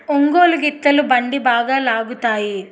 ఒంగోలు గిత్తలు బండి బాగా లాగుతాయి